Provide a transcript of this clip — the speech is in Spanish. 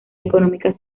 económicas